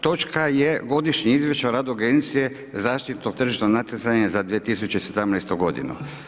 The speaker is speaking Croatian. Točka je godišnje izvješće o radu agencije za zaštitu tržišnog natjecanja za 2017. godinu.